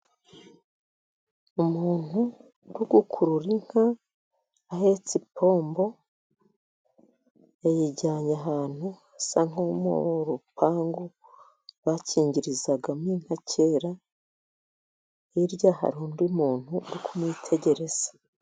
Umuntu uri gukurura inka, ahetse ipombo, yayijyanye ahantu hasa nko mu rupangu bakingirizagamo inka kera, hirya hari undi muntu uri kumwitegereza.